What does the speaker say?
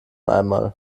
einmal